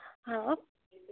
हा